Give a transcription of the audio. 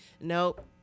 nope